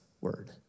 word